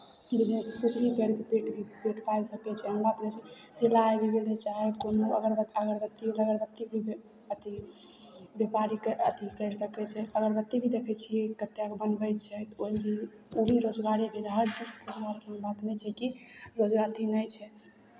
business किछु भी करि पेट भी पेट पालि सकै छै हमरा सिलाइ भए गेलै चाहै कोनो अगरबत्त अगरबत्ती तगरबत्तीके अथि व्यापारीके अथि करि सकै छै अगरबत्ती भी देखै छियै कतेक बनबै छै ओहिमे भी ओ भी रोजगारे भेलै हर चीज कोनो ई बात नहि छै कि रोजगार अथि नहि छै